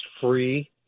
free